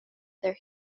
their